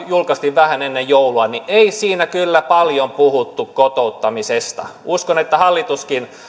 julkaistiin vähän ennen joulua niin ei siinä kyllä paljon puhuttu kotouttamisesta uskon että hallituskin